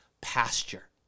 pasture